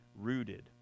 rooted